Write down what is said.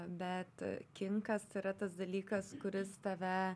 bet kinkas yra tas dalykas kuris tave